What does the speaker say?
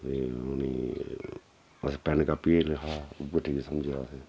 जियां हून ऐ अस पैन कापी जेह्का उ'यै ठीक समझेआ